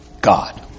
God